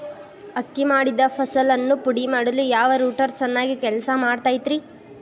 ಅಕ್ಕಿ ಮಾಡಿದ ಫಸಲನ್ನು ಪುಡಿಮಾಡಲು ಯಾವ ರೂಟರ್ ಚೆನ್ನಾಗಿ ಕೆಲಸ ಮಾಡತೈತ್ರಿ?